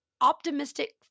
optimistic